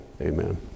amen